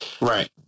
Right